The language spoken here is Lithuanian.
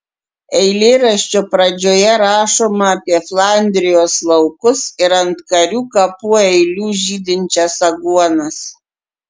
eilėraščio pradžioje rašoma apie flandrijos laukus ir ant karių kapų eilių žydinčias aguonas